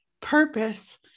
purpose